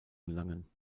gelangen